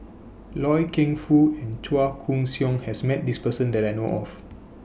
Loy Keng Foo and Chua Koon Siong has Met This Person that I know of